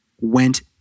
went